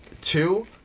Two